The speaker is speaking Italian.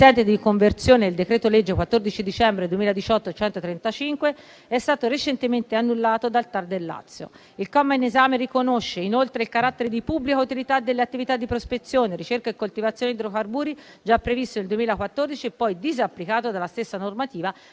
in sede di conversione del decreto-legge 14 dicembre 2018, n. 135, è stato recentemente annullato dal TAR del Lazio. Il comma in esame riconosce, inoltre, il carattere di pubblica utilità delle attività di prospezione, ricerca e coltivazione di idrocarburi, già previsto nel 2014 e poi disapplicato dalla stessa normativa